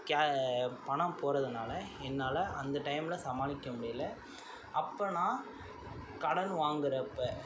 K பணம் போகிறதுனால என்னால் அந்த டைமில் சமாளிக்க முடியலை அப்போ நான் கடன் வாங்குகிறப்ப